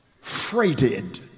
freighted